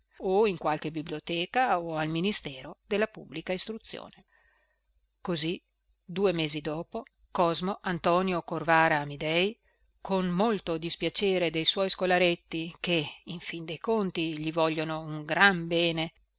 o in qualche biblioteca o al ministero della pubblica istruzione così due mesi dopo cosmo antonio corvara amidei con molto dispiacere de suoi scolaretti che in fin dei conti gli vogliono un gran bene